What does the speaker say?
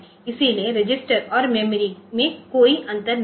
इसलिए रजिस्टर और मेमोरी में कोई अंतर नहीं है